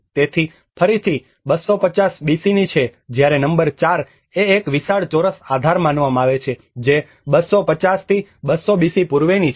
તેથી તે ફરીથી 250 બીસીની છે જ્યારે નંબર 4 એ એક વિશાળ ચોરસ આધાર માનવામાં આવે છે જે 250 થી 200 BC પૂર્વેની છે